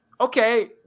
okay